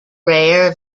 rare